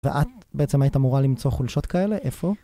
ואת בעצם הייתה אמורה למצוא חולשות כאלה? איפה?